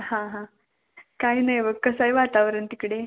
हां हां काही नाही बघ कसं आहे वातावरण तिकडे